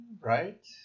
Right